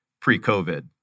pre-COVID